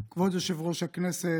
כבוד יושב-ראש הכנסת,